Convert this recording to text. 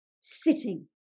sitting